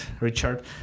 Richard